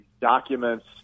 documents